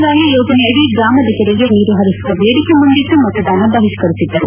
valley ಯೋಜನೆಯಡಿ ಗ್ರಾಮದ ಕೆರೆಗೆ ನೀರು ಹರಿಸುವ ಬೇಡಿಕೆ ಮುಂದಿಟ್ಟು ಮತದಾನ ಬಹಿಷ್ಠರಿಸಿದ್ದರು